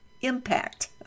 impact